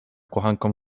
kochankom